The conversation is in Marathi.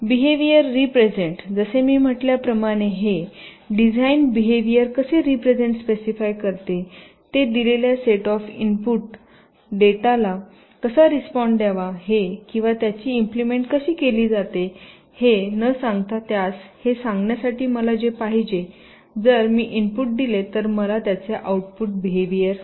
बीहेवियर रीप्रेझेन्टजसे मी म्हटल्याप्रमाणे हे डिझाईन बीहेवियर कसे रीप्रेझेन्ट स्पेसिफाय करते ते दिलेल्या सेट ऑफ इनपुट माहितीला कसा रिस्पॉन्ड द्यावा हे किंवा त्यांची इम्प्लिमेंट कशी केली जाते हे न सांगता त्यासहे सांगण्यासाठी मला हे पाहिजे आहे जर मी इनपुट दिले तर मला त्याचे आउटपुट बीहेवियर मिळेल